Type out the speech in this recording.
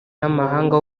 n’amahanga